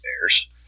bears